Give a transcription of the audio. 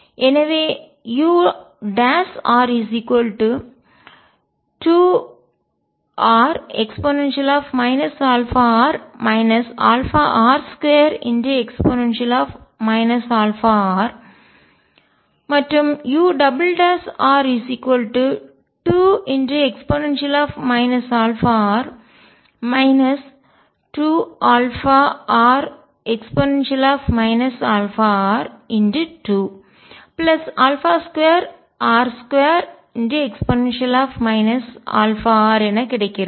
எனவே ur2re αr αr2e αr மற்றும் ur2e αr 2αre αr×22r2e αr என கிடைக்கிறது